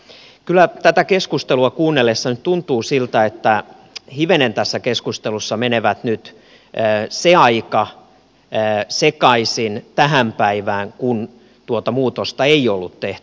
mutta kyllä tätä keskustelua kuunnellessa tuntuu siltä että hivenen tässä keskustelussa menevät nyt sekaisin tämä päivä ja se aika kun tuota muutosta ei ollut tehty